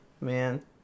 Man